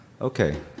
Okay